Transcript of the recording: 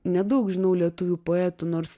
nedaug žinau lietuvių poetų nors